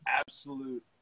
absolute